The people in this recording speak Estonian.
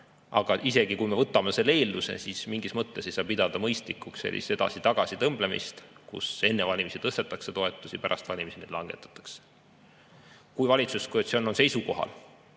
Aga isegi kui me võtame selle eelduse, siis mingis mõttes ei saa pidada mõistlikuks sellist edasi-tagasi tõmblemist, et enne valimisi tõstetakse toetusi, pärast valimisi neid langetatakse. Kui valitsuskoalitsioon on seisukohal